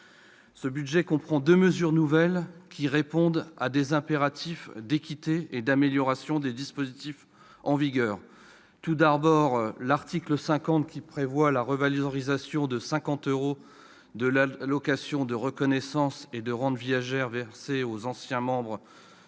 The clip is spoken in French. Ce budget comprend deux mesures nouvelles, qui répondent à des impératifs d'équité et d'amélioration des dispositifs en vigueur : l'article 50, tout d'abord, qui prévoit une revalorisation de 100 euros de l'allocation de reconnaissance et de la rente viagère versées aux anciens membres